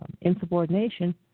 insubordination